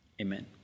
amen